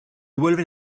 vuelven